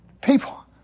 people